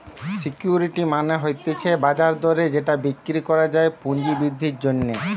security মানে হতিছে বাজার দরে যেটা বিক্রি করা যায় পুঁজি বৃদ্ধির জন্যে